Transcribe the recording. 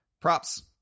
Props